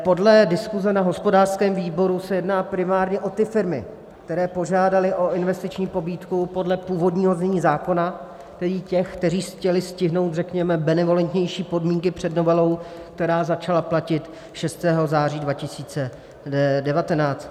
Podle diskuse na hospodářském výboru se jedná primárně o ty firmy, které požádaly o investiční pobídku podle původního znění zákona, tedy ty, které chtěly stihnout, řekněme, benevolentnější podmínky před novelou, která začala platit 6. září 2019.